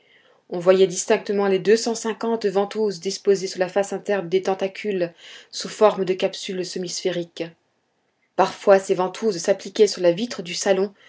on voyait distinctement les deux cent cinquante ventouses disposées sur la face interne des tentacules sous forme de capsules semisphériques parfois ces ventouses s'appliquaient sur la vitre du salon